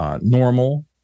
normal